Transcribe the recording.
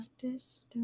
practice